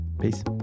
Peace